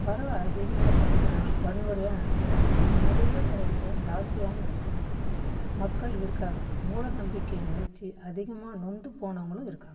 பறவை அதிகமாக கத்தினா வன்முறையாக நினைக்குறாங்க நிறைய பறவையை ராசியாகவும் நினைக்கிறாங்க மக்கள் இருக்காங்க மூட நம்பிக்கையை நெனைச்சு அதிகமாக நொந்து போனவங்களும் இருக்காங்க